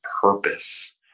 purpose